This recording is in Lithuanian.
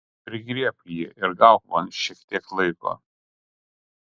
prigriebk jį ir gauk man šiek tiek laiko